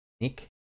Nick